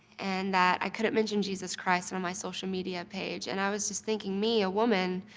and that i couldn't mention jesus christ and on my social media page. and i was just thinking me, a woman,